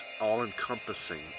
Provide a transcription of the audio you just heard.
all-encompassing